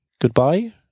goodbye